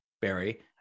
Barry